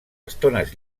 estones